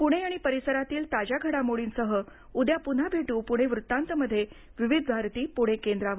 पुणे आणि परिसरातील ताज्या घडामोडींसह उद्या पुन्हा भेटू पुणे वृत्तांतमध्ये विविध भारती पुणे केंद्रावर